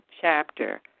chapter